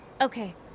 Okay